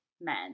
men